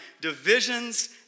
divisions